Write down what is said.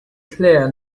clear